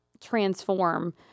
transform